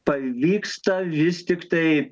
parvyksta vis tiktai